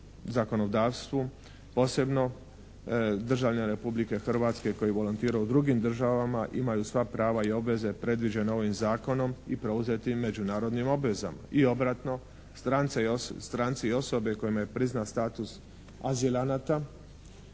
zakonodavstvu, posebno državljani Republike Hrvatske koji volontiraju u drugim državama imaju sva prava i obveze predviđene ovim zakonom i preuzetim međunarodnim obvezama i obratno, stranci i osobe kojima je priznat status azilanata